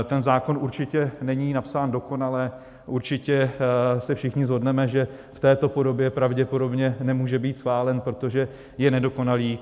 Ten zákon určitě není napsán dokonale, určitě se všichni shodneme, že v této podobě pravděpodobně nemůže být schválen, protože je nedokonalý.